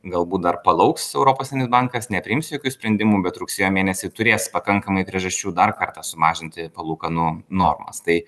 galbūt dar palauks europos bankas nepriims jokių sprendimų bet rugsėjo mėnesį turės pakankamai priežasčių dar kartą sumažinti palūkanų normas tai